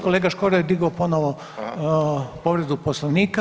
Kolega Škoro je digao ponovno povredu Poslovnika.